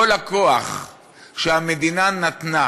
כל הכוח שהמדינה נתנה